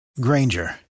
Granger